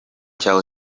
cya